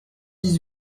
dix